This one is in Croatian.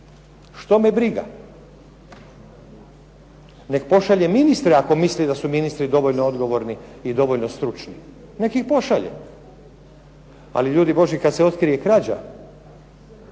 Što me briga. Nek pošalje ministre ako misli da su ministri dovoljno odgovorni, ili dovoljno stručni. Nek ih pošalje. Ali ljudi božji kad se otkrije krađa,